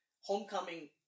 Homecoming